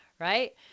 Right